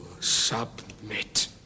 submit